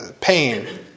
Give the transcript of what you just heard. pain